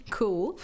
cool